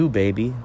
baby